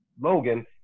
Logan